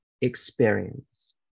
experience